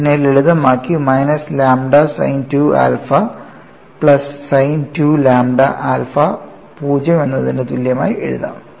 ഇതിനെ ലളിതമാക്കി minus lambda sine 2 alpha plus sine 2 lambda alpha 0 എന്നതിന് തുല്യമായി എഴുതാം